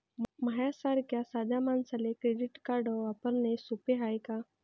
माह्या सारख्या साध्या मानसाले क्रेडिट कार्ड वापरने सोपं हाय का?